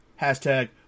Hashtag